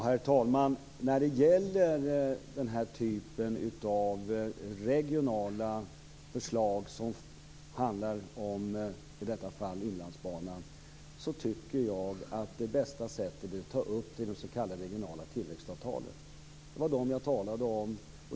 Herr talman! När det gäller den här typen av regionala förslag som handlar om, som i det här fallet, Inlandsbanan tycker jag att det bästa är att ta upp dem i de s.k. regionala tillväxtavtalen. Det var dem jag talade om.